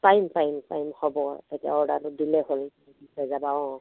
পাৰিম পাৰিম পাৰিম হ'ব তেতিয়া অৰ্ডাৰটো দিলেই হ'ল তুমি দি থৈ যাবা অঁ